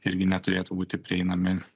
irgi neturėtų būti prieinami